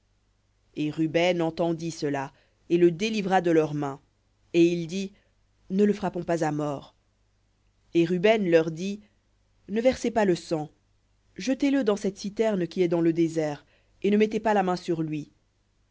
et ruben entendit et le délivra de leurs mains et il dit ne le frappons pas à mort et ruben leur dit ne versez pas le sang jetez le dans cette citerne qui est dans le désert et ne mettez pas la main sur lui